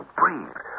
breathe